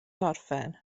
orffen